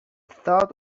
thought